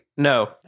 No